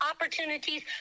opportunities